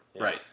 Right